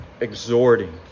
exhorting